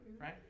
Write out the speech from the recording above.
Right